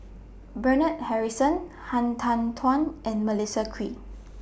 Bernard Harrison Han Tan Tuan and Melissa Kwee